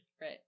Right